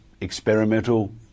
experimental